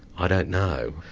ah don't know.